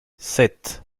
sept